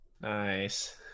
Nice